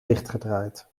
dichtgedraaid